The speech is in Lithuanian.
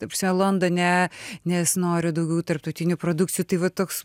ta prasme londone nes noriu daugiau tarptautinių produkcijų tai va toks